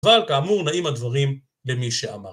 אבל, כאמור, נאים הדברים למי שאמר.